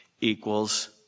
equals